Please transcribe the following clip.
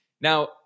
Now